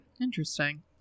Interesting